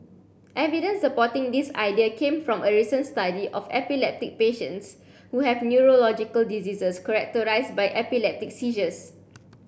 evidence supporting this idea came from a recent study of epileptic patients who have neurological diseases characterised by epileptic seizures